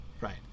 Right